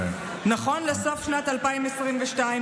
נכון לסוף שנת 2022,